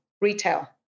retail